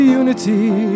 unity